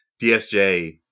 DSJ